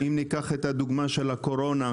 אם ניקח את הדוגמה של הקורונה,